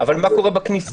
אבל מה קורה בכניסה?